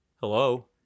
Hello